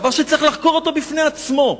דבר שצריך לחקור אותו בפני עצמו,